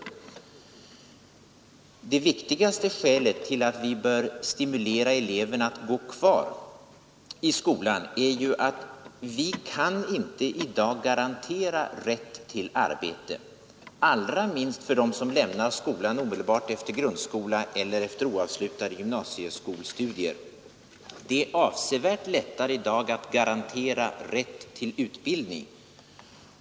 att motverka tristess och vantrivsel i skolarbetet Det viktigaste skälet till att vi bör stimulera eleverna att gå kvar i skolan är att vi inte i dag kan garantera rätt till arbete, allra minst för dem som lämnar skolan omedelbart efter grundskoleutbildning eller efter oavslutade gymnasieskolstudier. Det är avsevärt lättare i dag att garantera rätt till utbildning.